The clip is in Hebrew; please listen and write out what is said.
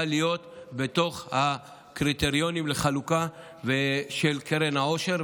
להיות בין הקריטריונים לחלוקה של קרן העושר.